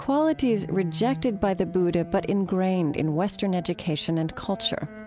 qualities rejected by the buddha, but engrained in western education and culture.